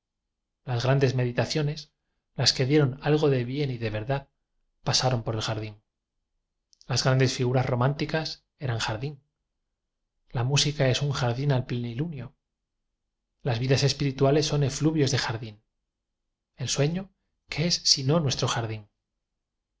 las grandes meditaciones las que dieron algo de bien y verdad pasaron por por el jardín las grandes figuras románti cas eran jardín la música es un jardín v al plenilunio las vtdás espirituales son efluvios de jardín el sueño qué es sino t nuestro ja